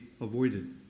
avoided